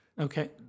Okay